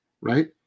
right